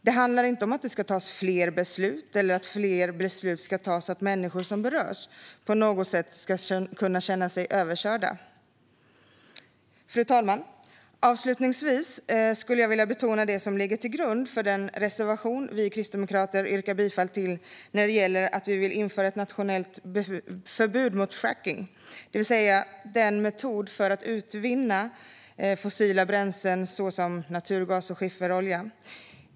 Det handlar inte om att det ska tas fler beslut eller att fler beslut ska tas så att människor som berörs på något sätt ska kunna känna sig överkörda. Fru talman! Avslutningsvis skulle jag vilja betona det som ligger till grund för den reservation vi kristdemokrater yrkar bifall till när det gäller att vi vill införa ett nationellt förbud mot frackning, det vill säga en metod för att utvinna fossila bränslen såsom naturgas och skifferolja.